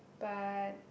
but